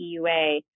EUA